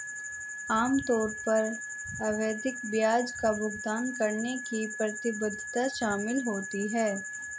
आम तौर पर आवधिक ब्याज का भुगतान करने की प्रतिबद्धता शामिल होती है